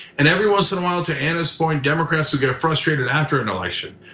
and every once in a while, to anna's point, democrats will get frustrated after an election.